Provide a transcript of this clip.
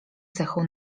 cechą